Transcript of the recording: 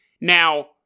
Now